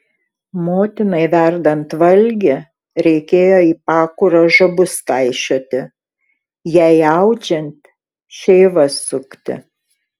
motinai verdant valgį reikėjo į pakurą žabus kaišioti jai audžiant šeivas sukti